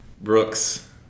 Brooks